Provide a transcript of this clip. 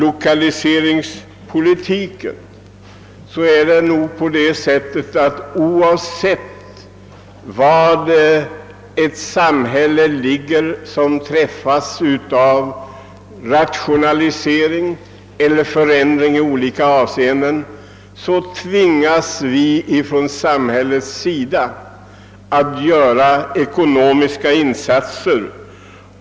Oavsett var en rationalisering genomförs tvingas samhället att göra ekonomiska insatser.